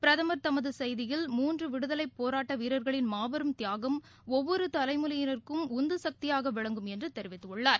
பிரதமர் தமது செய்தியில் மூன்று விடுதலை போராட்ட வீரர்களின் மாபெரும் தியாகம் ஒவ்வொரு தலைமுறையினருக்கும் உந்துசக்தியாக விளங்கும் என்று தெரிவித்துள்ளார்